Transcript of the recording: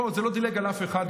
המלחמה הזאת לא דילגה על אף אחד.